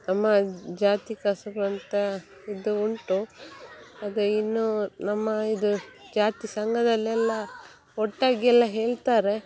ನಮ್ಮ ಜಾತಿ ಕಸುಬಂತ ಇದು ಉಂಟು ಅದೇ ಇನ್ನು ನಮ್ಮ ಇದು ಜಾತಿ ಸಂಘದಲ್ಲೆಲ್ಲ ಒಟ್ಟಾಗಿ ಎಲ್ಲ ಹೇಳ್ತಾರೆ